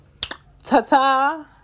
ta-ta